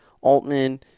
Altman